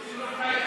אדוני,